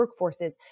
workforces